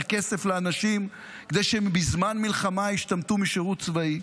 כסף לאנשים כדי שהם בזמן מלחמה ישתמטו משירות צבאי,